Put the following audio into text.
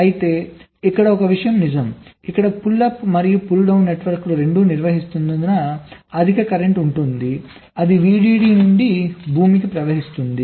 అయితే ఇక్కడ ఒక విషయం నిజం ఇక్కడ పుల్ అప్ మరియు పుల్ డౌన్ నెట్వర్క్లు రెండూ నిర్వహిస్తున్నందున అధిక కరెంట్ ఉంటుంది అది VDD నుండి భూమికి ప్రవహిస్తుంది